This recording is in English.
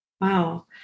Wow